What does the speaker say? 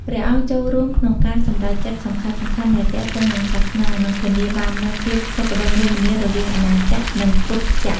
ព្រះអង្គចូលរួមក្នុងការសម្រេចចិត្តសំខាន់ៗដែលទាក់ទងនឹងសាសនា និងធានាបាននូវ ភាពសុខដុមរមនារវាងអាណាចក្រ និងពុទ្ធចក្រ។